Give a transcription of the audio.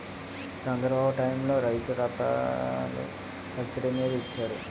చంద్రబాబు టైములో రైతు రథాలు సబ్సిడీ మీద ఇచ్చారు